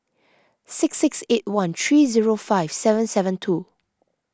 six six eight one three zero five seven seven two